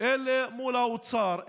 אל מול האוצר,